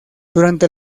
durante